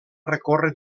recórrer